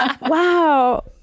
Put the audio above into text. Wow